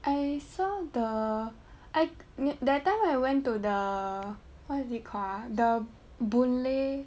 I saw the I that time I went to the what is it called ah the boon-lay